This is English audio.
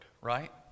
right